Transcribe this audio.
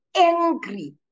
angry